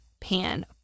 pan